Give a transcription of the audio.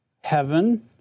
heaven